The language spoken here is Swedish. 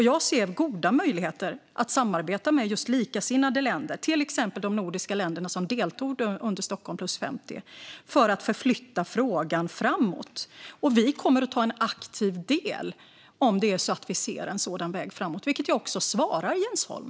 Jag ser goda möjligheter att samarbeta med just likasinnade länder, till exempel de nordiska länderna som deltog under Stockholm + 50, för att förflytta frågan framåt. Vi kommer att ta en aktiv del om vi ser en sådan väg framåt, vilket jag också svarade Jens Holm.